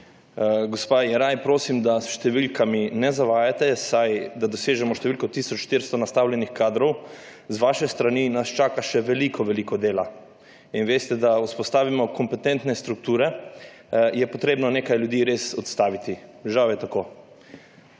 Gospa Jeraj, prosim, da s številkami ne zavajate, saj nas, da dosežemo številko tisoč 400 nastavljenih kadrov z vaše strani, čaka še veliko veliko dela. Veste, da vzpostavimo kompetentne strukture, je potrebno nekaj ljudi res odstaviti. Žal je tako.